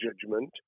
judgment